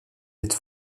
être